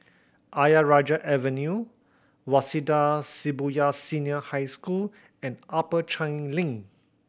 Ayer Rajah Avenue Waseda Shibuya Senior High School and Upper Changi Link